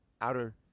outer